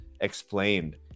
explained